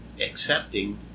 accepting